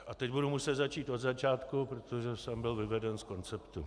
A teď budu muset začít od začátku, protože jsem byl vyveden z konceptu...